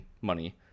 money